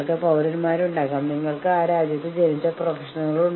ദയവായി പരസ്പരം വീക്ഷണം മനസ്സിലാക്കുവാൻ ശ്രമിക്കുക